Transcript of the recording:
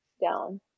down